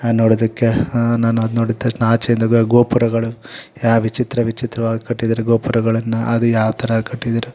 ಹಾಂ ನೋಡೋದಿಕ್ಕೆ ನಾನು ಅದು ನೋಡಿದ ತಕ್ಷಣ ಆಚೆಯಿಂದ ಗೋಪುರಗಳು ಯಾ ವಿಚಿತ್ರ ವಿಚಿತ್ರವಾಗಿ ಕಟ್ಟಿದ್ದಾರೆ ಗೋಪುರಗಳನ್ನು ಅದು ಯಾವ ಥರ ಕಟ್ಟಿದ್ದೀರ